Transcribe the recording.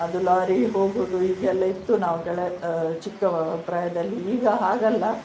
ಅದು ಲಾರಿ ಹೋಗೋದು ಹೀಗೆಲ್ಲ ಇತ್ತು ನಾವು ಕೆಳ ಚಿಕ್ಕ ಪ್ರಾಯದಲ್ಲಿ ಈಗ ಹಾಗಲ್ಲ